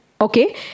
okay